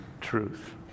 truth